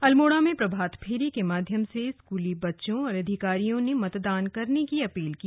अल्मोड़ा में प्रभात फेरी के माध्यम से स्कूली बच्चों और अधिकारियों ने मतदान करने की अपील की